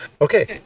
okay